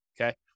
okay